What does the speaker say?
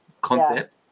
concept